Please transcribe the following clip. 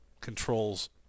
controls